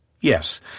Yes